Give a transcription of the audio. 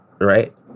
right